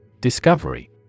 Discovery